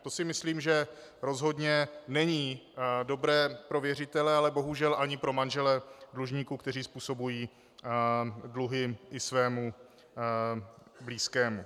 To si myslím, že rozhodně není dobré pro věřitele, ale bohužel ani pro manžele dlužníků, kteří způsobují dluhy i svému blízkému.